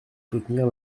soutenir